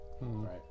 right